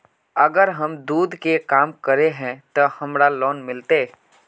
अगर हम दूध के काम करे है ते हमरा लोन मिलते?